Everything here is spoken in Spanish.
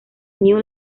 new